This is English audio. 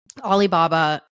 Alibaba